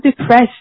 depressed